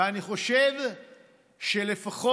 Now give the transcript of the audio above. ואני חושב שלפחות